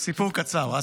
עשר דקות?